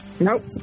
Nope